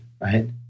Right